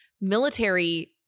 military